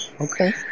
Okay